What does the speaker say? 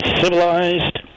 civilized